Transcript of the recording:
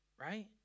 right